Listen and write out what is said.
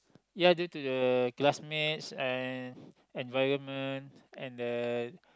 ya due to the classmates and environment and the